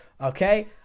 Okay